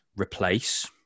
replace